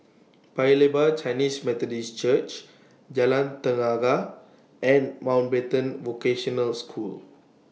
Paya Lebar Chinese Methodist Church Jalan Tenaga and Mountbatten Vocational School